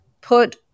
put